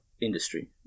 industry